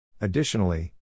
Additionally